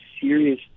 serious